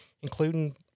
including